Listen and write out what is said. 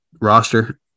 roster